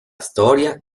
storia